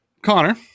Connor